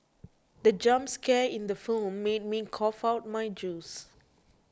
the jump scare in the film made me cough out my juice